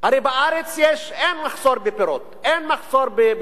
הרי בארץ אין מחסור בפירות, אין מחסור בירקות,